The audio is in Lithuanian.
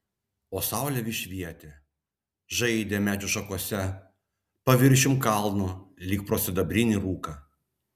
o saulė vis švietė žaidė medžių šakose paviršium kalno lyg pro sidabrinį rūką